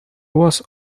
was